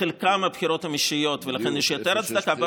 בחלקן הבחירות הן אישיות ולכן יש יותר הצדקה.